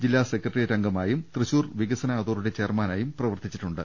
ജില്ലാ സെക്രട്ടേറിയറ്റ് അംഗമായും തൃശൂർ വികസന അതോറിറ്റി ചെയർമാനായും പ്രവർത്തിച്ചിട്ടുണ്ട്